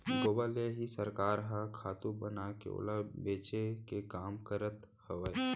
गोबर ले ही सरकार ह खातू बनाके ओला बेचे के काम करत हवय